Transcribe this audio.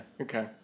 Okay